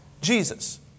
Jesus